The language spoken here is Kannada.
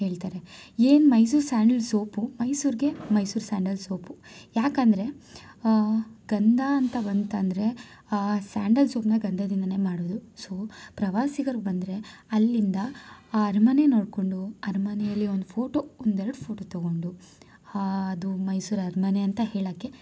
ಹೇಳ್ತಾರೆ ಏನು ಮೈಸೂರ್ ಸ್ಯಾಂಡಲ್ ಸೋಪು ಮೈಸೂರಿಗೆ ಮೈಸೂರ್ ಸ್ಯಾಂಡಲ್ ಸೋಪು ಯಾಕಂದರೆ ಗಂಧ ಅಂತ ಬಂತಂದರೆ ಸ್ಯಾಂಡಲ್ ಸೋಪನ್ನ ಗಂಧದಿಂದಾನೇ ಮಾಡೋದು ಸೊ ಪ್ರವಾಸಿಗರು ಬಂದರೆ ಅಲ್ಲಿಂದ ಆ ಅರಮನೆ ನೋಡಿಕೊಂಡು ಅರಮನೆಯಲ್ಲಿ ಒಂದು ಫೋಟೋ ಒಂದು ಎರಡು ಫೋಟೋ ತಗೊಂಡು ಅದು ಮೈಸೂರು ಅರಮನೆ ಅಂತ ಹೇಳೋಕ್ಕೆ